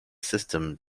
system